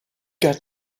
got